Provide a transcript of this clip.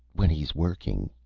when he's working.